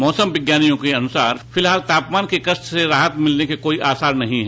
मौसम विज्ञानियों के अनुसार फिलहाल तापमान के कष्ट से राहत मिलने के कोई आसार नहीं है